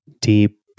deep